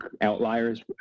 Outliers